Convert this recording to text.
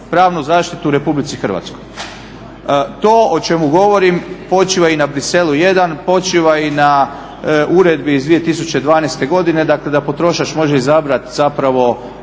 pravnu zaštitu u Republici Hrvatskoj. To o čemu govorim počiva i na Briselu 1, počiva i na Uredbi iz 2012. godine dakle da potrošač može izabrati zapravo